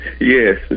yes